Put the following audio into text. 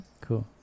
cool